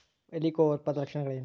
ಹೆಲಿಕೋವರ್ಪದ ಲಕ್ಷಣಗಳೇನು?